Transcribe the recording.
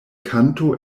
kanto